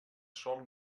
sòl